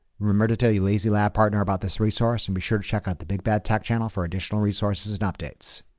remember to tell your lazy lab partner about this resource and be sure to check out the big bad tech channel for additional resources and updates.